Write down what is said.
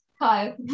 Hi